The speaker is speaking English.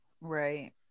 right